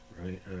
right